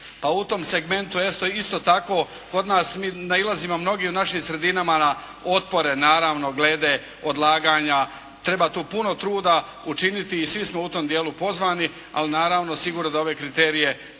pa u tom segmentu eto isto tako kod nas, mi nailazimo mnogi u našim sredinama na otpore naravno glede odlaganja, treba tu puno truda učiniti i svi smo u tom dijelu pozvani, ali naravno sigurno da ove kriterije treba